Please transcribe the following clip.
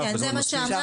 כן, זה מה שאמרנו.